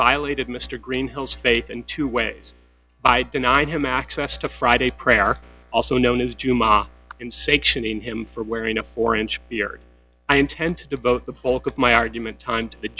violated mr greenhills faith in two ways by denied him access to friday prayer also known as juma in section him for wearing a four inch beard i intend to devote the bulk of my argument time to che